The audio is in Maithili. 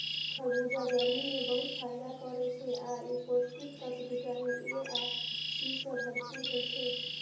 खरबूजा गर्मी मे बहुत फायदा करै छै आ ई पौष्टिक तत्व विटामिन ए आ सी सं भरपूर होइ छै